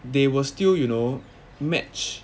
they were still you know match